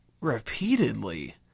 Repeatedly